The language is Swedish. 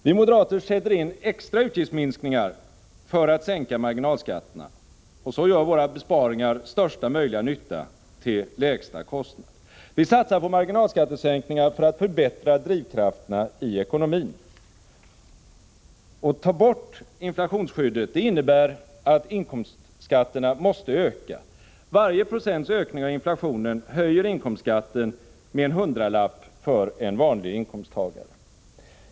Vi moderater sätter in extra utgiftsminskningar för att sänka marginalskatterna — så gör våra besparingar största möjliga nytta till lägsta kostnad. Vi satsar på marginalskattesänkningar för att förbättra drivkrafterna i ekonomin. Att ta bort inflationsskyddet innebär att inkomstskatterna måste öka. Varje procents ökning av inflationen höjer inkomstskatten med en hundralapp för en vanlig inkomsttagare.